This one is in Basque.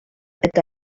eta